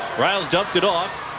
riles dusted off,